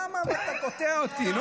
למה אתה קוטע אותי?